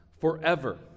forever